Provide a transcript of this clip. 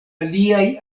aliaj